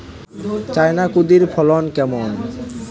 China কুঁদরীর ফলন কেমন?